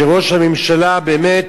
שראש הממשלה, באמת,